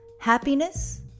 happiness